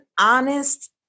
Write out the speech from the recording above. honest